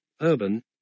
urban